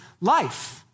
life